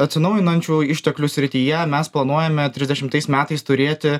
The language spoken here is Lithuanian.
atsinaujinančių išteklių srityje mes planuojame trisdešimtais metais turėti